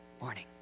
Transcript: morning